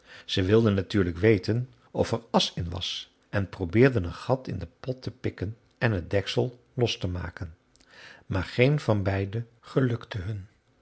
ze wilden natuurlijk weten of er asch in was en probeerden een gat in den pot te pikken en het deksel los te maken maar geen van beide gelukte hun